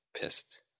pissed